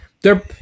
they're-